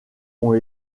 ont